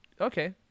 okay